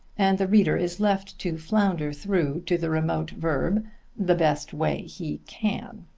and the reader is left to flounder through to the remote verb the best way he can